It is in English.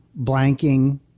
Blanking